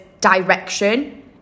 direction